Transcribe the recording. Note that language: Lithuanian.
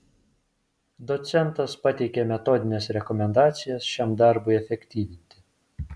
docentas pateikė metodines rekomendacijas šiam darbui efektyvinti